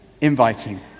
inviting